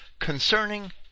concerning